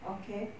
okay